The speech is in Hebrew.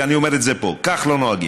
ואני אומר את זה פה: כך לא נוהגים.